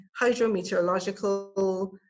hydrometeorological